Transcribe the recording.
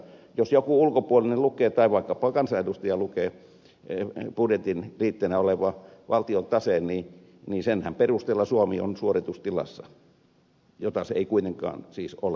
jos joku ulkopuolinen lukee tai vaikkapa kansanedustaja lukee budjetin liitteenä olevan valtion taseen niin senhän perusteella suomi on suoritustilassa jota se ei kuitenkaan siis ole